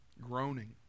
Groaning